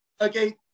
Okay